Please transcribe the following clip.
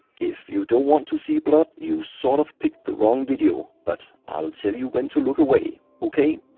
if you don't want to see blood you sort of picked the wrong video but i'll tell you when to look away, ok?